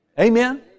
Amen